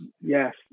Yes